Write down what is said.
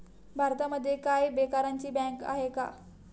भारतामध्ये काय बेकारांची बँक आहे का?